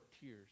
tears